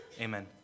amen